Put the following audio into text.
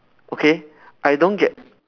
okay I don't get